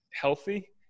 healthy